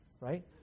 right